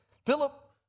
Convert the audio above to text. Philip